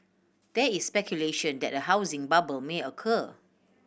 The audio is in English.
there is speculation that a housing bubble may occur